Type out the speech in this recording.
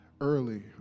early